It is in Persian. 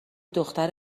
دختر